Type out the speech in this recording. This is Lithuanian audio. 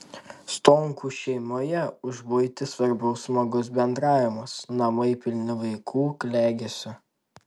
stonkų šeimoje už buitį svarbiau smagus bendravimas namai pilni vaikų klegesio